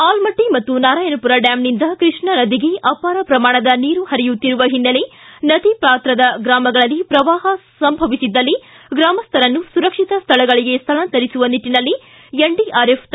ಆಲಮಟ್ಟ ಮತ್ತು ನಾರಾಯಣಪುರ ಡ್ಕಾಂನಿಂದ ಕೃಷ್ಣ ನದಿಗೆ ಅಪಾರ ಪ್ರಮಾಣ ನೀರು ಪರಿಯುತ್ತಿರುವ ಹಿನ್ನಲೆ ನದಿ ಪಾತ್ರದ ಗ್ರಾಮಗಳಲ್ಲಿ ಪ್ರವಾಪ ಸಂಭವಿಸಿದ್ದಲ್ಲಿ ಗ್ರಾಮಸ್ಥರನ್ನು ಸುರಕ್ಷಿತ ಸ್ಥಳಗಳಿಗೆ ಸ್ಥಳಾಂತರಿಸುವ ನಿಟ್ಟನಲ್ಲಿ ಎನ್ಡಿಆರ್ಎಫ್ ತಂಡ ರಾಯಚೂರಿಗೆ ಆಗಮಿಸಿದೆ